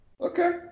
Okay